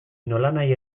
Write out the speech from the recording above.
nolanahi